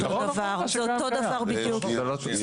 אז תפרסמו כבר את הנוסח של הפינוי בינוי.